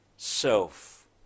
self